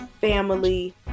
Family